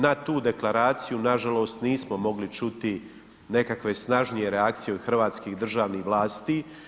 Na tu deklaraciju nažalost nismo mogli čuti nekakve snažnije reakcije od hrvatskih državnih vlasti.